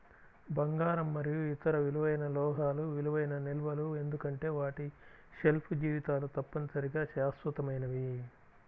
బంగారం మరియు ఇతర విలువైన లోహాలు విలువైన నిల్వలు ఎందుకంటే వాటి షెల్ఫ్ జీవితాలు తప్పనిసరిగా శాశ్వతమైనవి